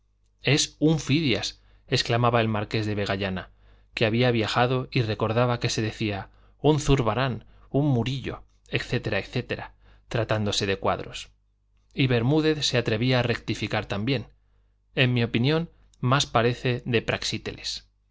es un fidias exclamaba el marqués de vegallana que había viajado y recordaba que se decía un zurbarán un murillo etc etc tratándose de cuadros y bermúdez se atrevía a rectificar también en mi opinión más parece de praxíteles